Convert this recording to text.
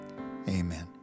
amen